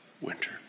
winter